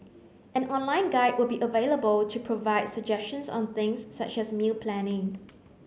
an online guide will be available to provide suggestions on things such as meal planning